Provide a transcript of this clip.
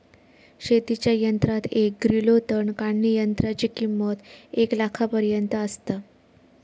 शेतीच्या यंत्रात एक ग्रिलो तण काढणीयंत्राची किंमत एक लाखापर्यंत आसता